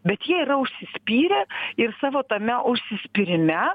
bet jie yra užsispyrę ir savo tame užsispyrime